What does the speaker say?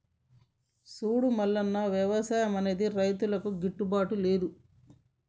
సూడు మల్లన్న, వ్యవసాయం అన్నది రైతులకు గిట్టుబాటు లేదు